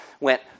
went